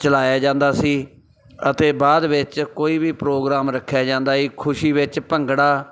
ਚਲਾਇਆ ਜਾਂਦਾ ਸੀ ਅਤੇ ਬਾਅਦ ਵਿੱਚ ਕੋਈ ਵੀ ਪ੍ਰੋਗਰਾਮ ਰੱਖਿਆ ਜਾਂਦਾ ਖੁਸ਼ੀ ਵਿੱਚ ਭੰਗੜਾ